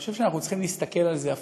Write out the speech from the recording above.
אני חושב שאנחנו צריכים להסתכל על זה הפוך.